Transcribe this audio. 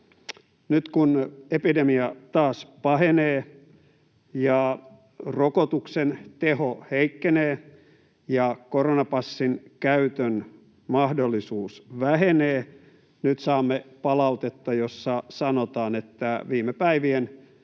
Nyt kun epidemia taas pahenee ja rokotuksen teho heikkenee ja koronapassin käytön mahdollisuus vähenee, saamme palautetta, jossa sanotaan, että viime päivien